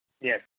Yes